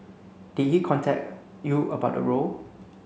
did he contact you about the role